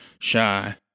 shy